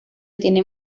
tienen